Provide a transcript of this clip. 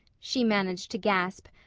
she managed to gasp.